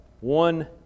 one